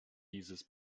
dieses